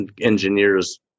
engineers